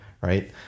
right